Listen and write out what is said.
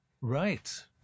Right